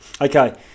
Okay